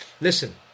Listen